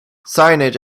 signage